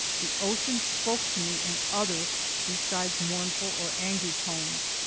the ocean spoke to me in other besides mournful or angry tones.